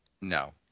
No